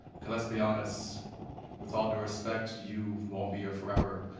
because let's be honest with all due respect you won't be here forever.